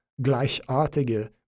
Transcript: gleichartige